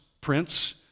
Prince